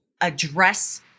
address